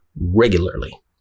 Regularly